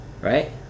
Right